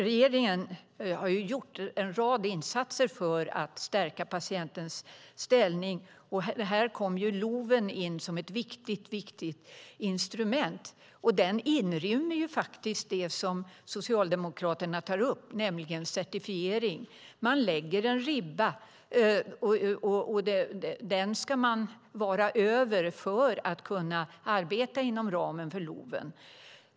Regeringen har gjort en rad insatser för att stärka patientens ställning. Här kommer LOV in som ett viktigt instrument. Den inrymmer faktiskt det som Socialdemokraterna tar upp, nämligen certifiering. Man lägger en ribba, och den ska man vara över för att kunna arbeta inom ramen för LOV.